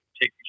take